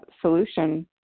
solution